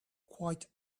quite